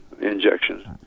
injections